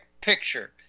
picture